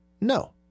No